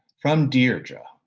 from dierdra,